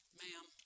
ma'am